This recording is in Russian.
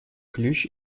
ключ